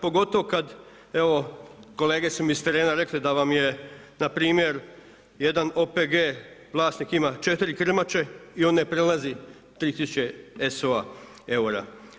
Pogotovo kad, evo kolege su mi s terena rekli da vam je npr. jedan OPG-e vlasnik ima 4 krmače i on ne prelazi 3 tisuće ESO-a eura.